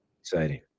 exciting